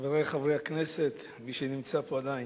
חברי חברי הכנסת, מי שנמצא פה עדיין,